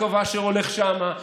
יעקב אשר הולך שם,